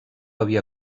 havia